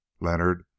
Leonard